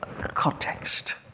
context